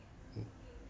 mm